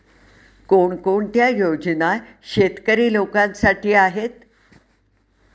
कोणकोणत्या योजना शेतकरी लोकांसाठी आहेत?